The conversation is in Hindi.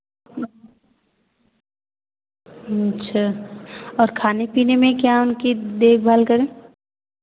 अच्छा और खाने पीने में क्या उनकी देख भाल करें